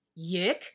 yick